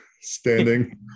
standing